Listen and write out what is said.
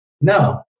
no